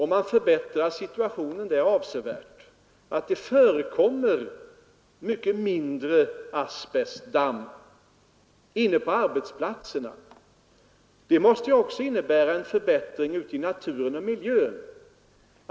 Men om situationen på arbetsplatserna förbättras avsevärt, så att mycket mindre asbestdamm förekommer där, måste det också innebära en förbättring ute i naturen och den omgivande miljön.